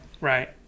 Right